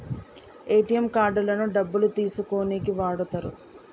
ATM కార్డులను డబ్బులు తీసుకోనీకి వాడతరు